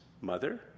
mother